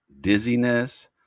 dizziness